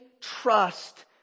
trust